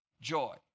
joy